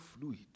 fluid